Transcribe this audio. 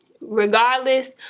regardless